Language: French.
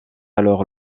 alors